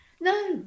No